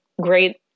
great